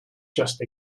just